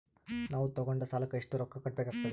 ನಾವು ತೊಗೊಂಡ ಸಾಲಕ್ಕ ಎಷ್ಟು ರೊಕ್ಕ ಕಟ್ಟಬೇಕಾಗ್ತದ್ರೀ?